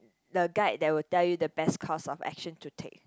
the guide that will tell you the best course of action to take